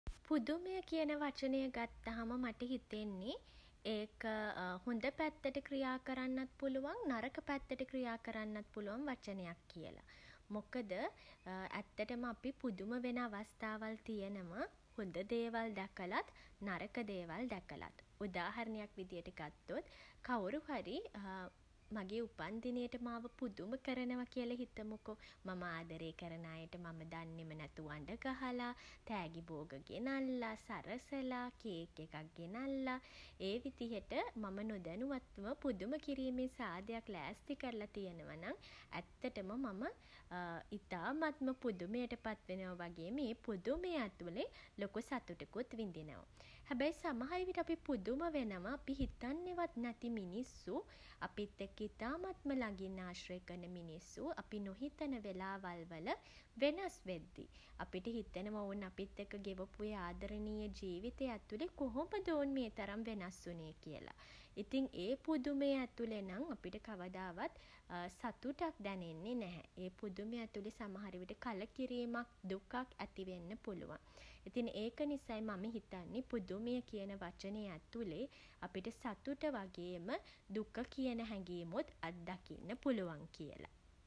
පුදුමය කියන වචනය ගත්තහම මට හිතෙන්නෙ ඒක හොඳ පැත්තට ක්‍රියා කරන්නත් පුළුවන් නරක පැත්තට ක්‍රියා කරන්න පුළුවන් වචනයක් කියල. මොකද ඇත්තටම අපි පුදුම වෙන අවස්ථාවල් තියෙනව හොඳ දේවල් දැකලත් නරක දේවල් දැකලත්. උදාහරණයක් විදියට ගත්තොත් කවුරු හරි මගේ උපන්දිනයට මාව පුදුම කරනවා කියලා හිතමුකෝ. මම ආදරේ කරන අයට මම දන්නෙම නැතුව අඩ ගහලා තෑගි බෝග ගෙනල්ලා සරසලා කේක් එකක් ගෙනල්ලා. ඒ විදිහට මම නොදැනුවත්ව පුදුම කිරීමේ සාදයක් ලෑස්ති කරලා තියෙනවා නම් ඇත්තටම මම ඉතාමත්ම පුදුමයට පත් වෙනවා වගේම ඒ පුදුමය ඇතුළේ ලොකු සතුටකුත් විඳිනවා. හැබැයි සමහර විට අපි පුදුම වෙනවා අපි හිතන්නෙවත් නැති මිනිස්සු අපිත් එක්ක ඉතාමත්ම ළඟින් ආශ්‍රය කරන මිනිස්සු අපි නොහිතන වෙලාවල්වල වෙනස් වෙද්දී. අපිට හිතෙනවා ඔවුන් අපිත් එක්ක ගෙවපු ඒ ආදරණීය ජීවිතේ ඇතුළේ කොහොමද ඔවුන් මේ තරම් වෙනස් වුනේ කියල. ඉතින් ඒ පුදුමය ඇතුළෙ නම් අපිට කවදාවත් සතුටක් දැනෙන්නේ නැහැ. ඒ පුදුමය ඇතුලෙ සමහරවිට කලකිරීමක් දුකක් ඇතිවෙන්න පුළුවන්. ඉතින් ඒක නිසයි මම හිතන්නේ පුදුමය කියන වචනය ඇතුලේ අපිට සතුට වගේම දුක කියන හැඟීමුත් අත්දකින්න පුළුවන් කියල.